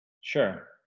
Sure